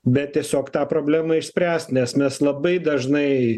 bet tiesiog tą problemą išspręst nes mes labai dažnai